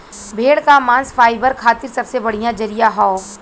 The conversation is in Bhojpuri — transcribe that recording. भेड़ क मांस फाइबर खातिर सबसे बढ़िया जरिया हौ